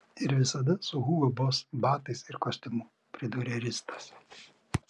ir visada su hugo boss batais ir kostiumu pridūrė ristas